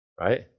right